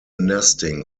nesting